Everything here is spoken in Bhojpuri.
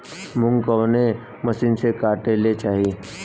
मूंग कवने मसीन से कांटेके चाही?